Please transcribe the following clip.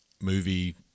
movie